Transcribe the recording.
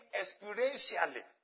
experientially